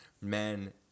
men